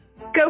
Go